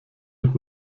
mit